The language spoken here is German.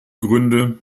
gründe